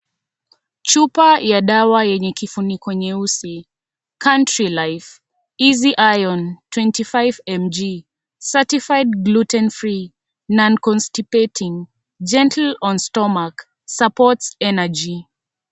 Chupa ya dawa yenye kifuniko nyeusi, Countrylife, easy iron 25mg, certified glutten free, non constipating, gentle on stomach, supports energy .